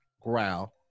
growl